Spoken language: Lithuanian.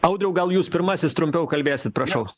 audriau jūs pirmasis trumpiau kalbėsit prašau